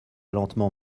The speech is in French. lentement